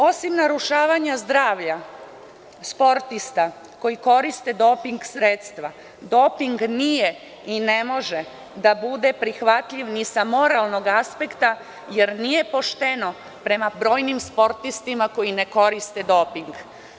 Osim narušavanja zdravlja, sportista koji koriste doping sredstva doping nije i ne može da bude prihvatljiv ni sa moralnog aspekta, jer nije pošteno prema brojnim sportistima koji ne koriste doping.